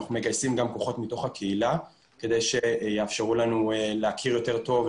אנחנו מגייסים גם כוחות מתוך הקהילה כדי שיאפשרו לנו להכיר יותר טוב,